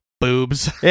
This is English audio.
boobs